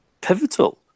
pivotal